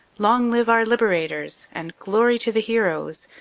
long live our liberators, and glory to the heroes,